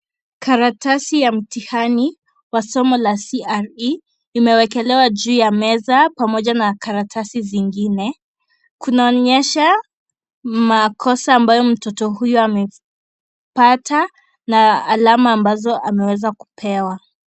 Karatasi ya mtihani wa somo la C.R.E imewekelewa juu ya meza, pamoja na karatasi zingine. Kunaonyesha makosa ambayo mtoto huyo amepata na alama ambazo ameweza kupewa.